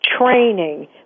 training